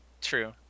True